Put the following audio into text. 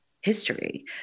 history